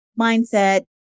mindset